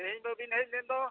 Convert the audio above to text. ᱛᱮᱦᱮᱧ ᱫᱚ ᱵᱟᱵᱤᱱ ᱦᱮᱡ ᱞᱮᱱ ᱫᱚ